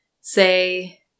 say